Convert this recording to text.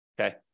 okay